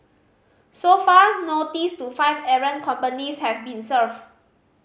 so far notice to five errant companies have been served